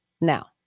Now